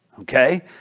Okay